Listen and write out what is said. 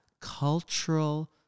cultural